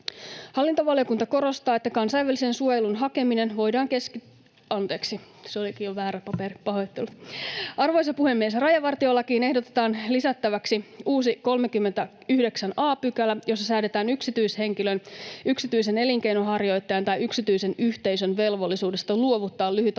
Arvoisa puhemies! Rajavartiolakiin ehdotetaan lisättäväksi uusi 39 a §, jossa säädetään yksityishenkilön, yksityisen elinkeinonharjoittajan tai yksityisen yhteisön velvollisuudesta luovuttaa lyhytaikaisesti